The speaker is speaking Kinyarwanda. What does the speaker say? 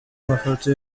mafoto